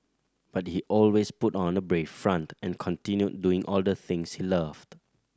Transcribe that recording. but he always put on a brave front and continued doing all the things he loved